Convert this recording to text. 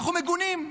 אנחנו מגונים.